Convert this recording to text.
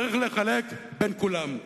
צריך לחלק בין כולם.